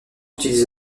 utilise